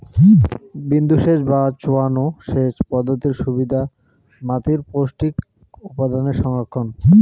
বিন্দুসেচ বা চোঁয়ানো সেচ পদ্ধতির সুবিধা মাতীর পৌষ্টিক উপাদানের সংরক্ষণ